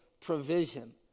provision